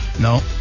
No